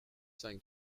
cinq